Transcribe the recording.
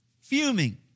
fuming